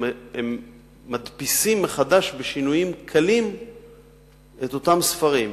הם מדפיסים מחדש בשינויים קלים את אותם ספרים,